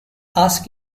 ask